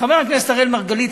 חבר הכנסת אראל מרגלית,